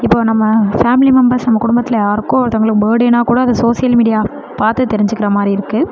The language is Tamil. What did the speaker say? இப்போது நம்ம ஃபேமிலி மெம்பர்ஸ் நம்ம குடும்பத்தில் யாருக்கோ ஒருத்தவங்களுக்கு பர்ட்டேனால் கூட அது சோசியல் மீடியா பார்த்து தெரிஞ்சுக்கற மாதிரி இருக்குது